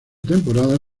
temporada